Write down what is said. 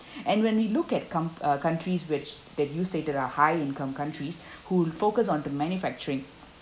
and when we look at comp~ uh countries which that you stated are high income countries who'll focus on the manufacturing